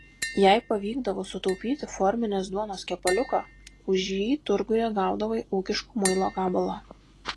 jei pavykdavo sutaupyti forminės duonos kepaliuką už jį turguje gaudavai ūkiško muilo gabalą